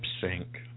sync